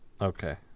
Okay